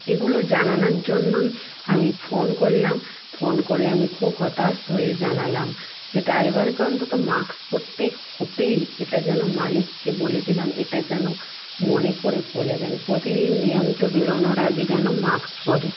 এগুলো জানানার জন্যই আমি ফোন করলাম ফোন করে আমি খুব হতাশ হয়ে জানালাম যেটা ড্রাইভারকে অন্তত মাস্ক পরতে হবেই এটা যেন মালিককে বলে দিলাম এটা যেন মনে করে বলে দেন প্রতিদিন নিয়মিত বেরোনোর আগে যেন মাস্ক পরে